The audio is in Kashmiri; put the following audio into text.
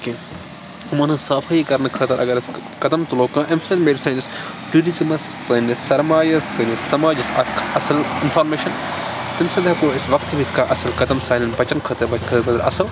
کیٚنٛہہ یِمَن ہٕنٛز صافٲیی کَرنہٕ خٲطرٕ اَگر أسۍ قدم تُلو کانٛہہ اَمہِ سۭتۍ میلہِ سٲنِس ٹیوٗرِزمَس سٲنِس سرمایَس سٲنِس سَماجَس اکھ اَصٕل اِنفارمیشن تَمہِ سۭتۍ ہیٚکو أسۍ وقتہٕ وِزِ کانٛہہ اَصٕل قدم سانیٚن بَچن خٲطرٕ خٲطرٕ اَصٕل